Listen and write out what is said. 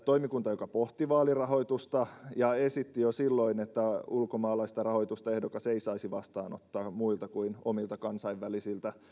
toimikunta joka pohti vaalirahoitusta ja esitti jo silloin että ulkomaalaista rahoitusta ehdokas ei saisi vastaanottaa muilta kuin omilta kansainvälisiltä